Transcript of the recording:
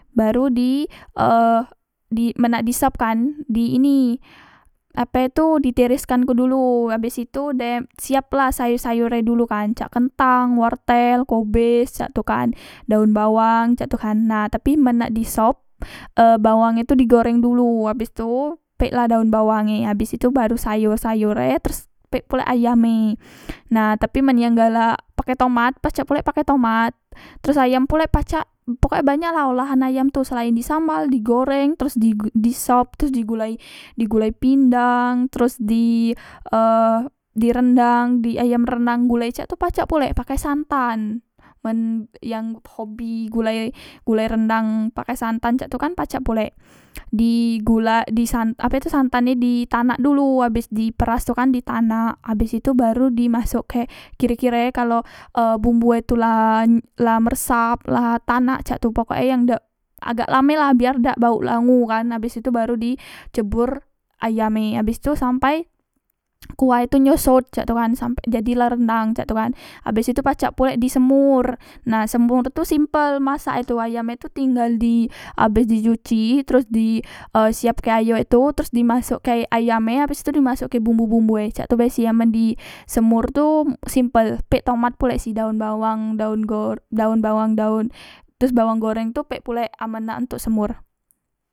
Baru di e di men di nak di sop kan di ini ape tu di tereskan ku dulu abes itu dem siapla sayor sayor e dulu kan cak kentang wortel kebos caktu kan daun bawang cak tu kan tapi men nak di sop e bawang e tu digoreng dulu abes tu pek la daon bawang e na abes tu baru sayor sayor e pek pulek ayam e na tapi men yang galak pake tomat pacak pulek pakek tomat terus ayam pulek pacak pokoke banyak la olahan ayam tu selaen disambal digoreng terus di sop terus di gulai di gulai pindang teros di e di rendang di e ayam rendang pulek cak tu pacak pulek pakai santai men yang hobi gulai gulai rendang pakai santan cak tu kan pacak pulek di gula di san ape tu santane di tanak dulu abes di peras tu kan di tanak abes itu baru dimasokke kire kire kalo e bumbue tu la la meresap la tanak cak tu pokoke yang dak agak lame la biar dak bauk langu kan nah abes tu baru di jebor ayam e abes tu sampai kuahe tu nyosot cak tu kan sampai jadi lah rendang cak tu kan abes tu pacak pulek di semur nah semur tu simpel masak e tu ayam e tu tinggal di abes di cuci teros di e siapke ayo e tu teros dimasokke ayam e teros dimasokke bumbu bumbue cak tu be sih amen di semor tu simpel pek tomat pulek si daon bawang daon gor daon bawang daon teros bawang goreng tu pek pulek amen nak semor